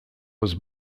was